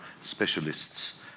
specialists